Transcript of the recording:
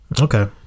okay